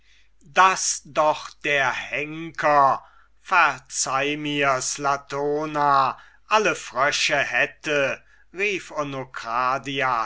daß doch der henker verzeih mirs latona alle frösche hätte rief onokradias